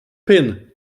pin